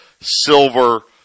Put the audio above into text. Silver